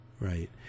Right